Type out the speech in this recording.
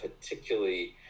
particularly